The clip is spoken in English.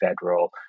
federal